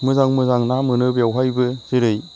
मोजां मोजां ना मोनो बेवहायबो जेरै